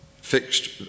fixed